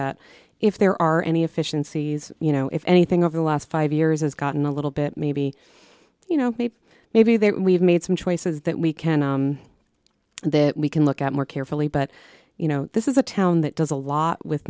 at if there are any efficiencies you know if anything over the last five years has gotten a little bit maybe you know maybe there we've made some choices that we can and that we can look at more carefully but you know this is a town that does a lot with